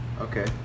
Okay